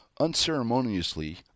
unceremoniously